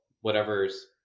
whatever's